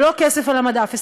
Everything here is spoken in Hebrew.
ולא כסף על המדף,